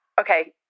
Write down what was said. Okay